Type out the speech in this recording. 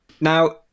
Now